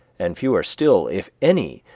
and fewer still, if any,